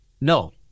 No